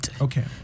okay